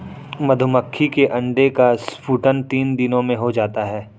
मधुमक्खी के अंडे का स्फुटन तीन दिनों में हो जाता है